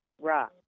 Right